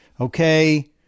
okay